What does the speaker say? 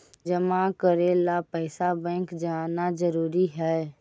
जमा करे ला पैसा बैंक जाना जरूरी है?